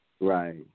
Right